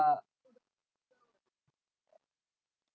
ugh